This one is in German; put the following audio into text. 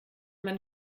man